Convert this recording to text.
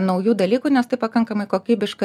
naujų dalykų nes tai pakankamai kokybiška